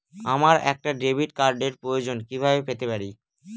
আমার একটা ডেবিট কার্ডের প্রয়োজন কিভাবে পেতে পারি?